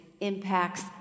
impacts